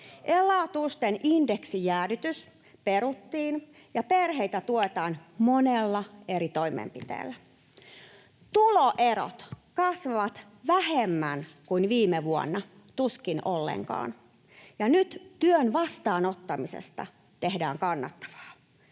Elatustuen indeksijäädytys peruttiin ja perheitä tuetaan monella eri toimenpiteellä. Tuloerot kasvavat vähemmän kuin viime vuonna, tuskin ollenkaan, ja nyt työn vastaanottamisesta tehdään kannattavaa.